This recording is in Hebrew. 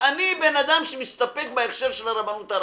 אני אדם שמסתפק בהכשר של הרבנות הראשית.